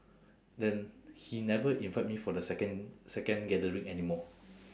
then he never invite me for the second second gathering anymore